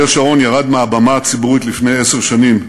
אריאל שרון ירד מהבמה הציבורית לפני עשר שנים,